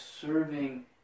Serving